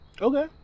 okay